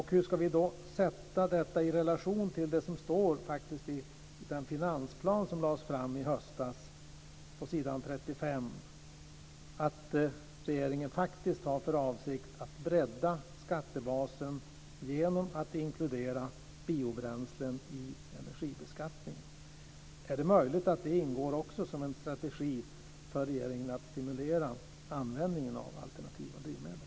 Hur ska vi då sätta detta i relation till det som står på s. 35 i den finansplan som lades fram i höstas, att regeringen har för avsikt att bredda skattebasen genom att inkludera biobränslen i energibeskattningen? Är det möjligt att det också ingår som en strategi för regeringen att stimulera användningen av alternativa drivmedel?